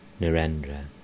Narendra